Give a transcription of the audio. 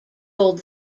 told